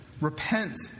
repent